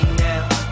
now